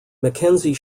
mackenzie